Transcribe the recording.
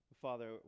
Father